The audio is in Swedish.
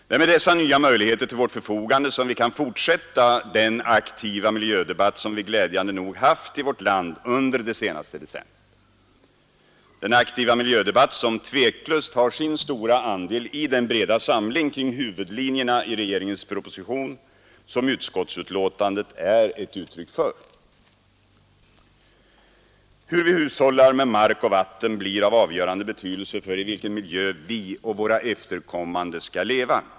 Det är med dessa nya möjligheter till vårt förfogande som vi kan fortsätta den aktiva miljödebatt som vi glädjande nog haft i vårt land under det senaste decenniet — den aktiva miljödebatt som tveklöst har sin stora andel i den breda samling kring huvudlinjerna i regeringens proposition som utskottsbetänkandet är ett uttryck för. Hur vi hushållar med mark och vatten blir av avgörande betydelse för i vilken miljö vi och våra efterkommande skall leva.